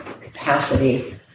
capacity